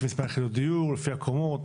לפי מספר יחידות דיור, לפי הקומות?